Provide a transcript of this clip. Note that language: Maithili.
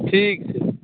ठीक छै